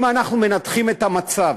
אם אנחנו מנתחים את המצב